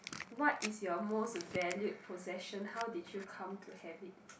what is your most valued possession how did you come to have it